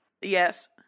Yes